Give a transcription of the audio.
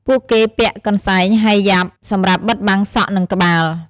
ពួកគេពាក់ កន្សែងហីយ៉ាប់ (Hijab) សម្រាប់បិទបាំងសក់ និងក្បាល។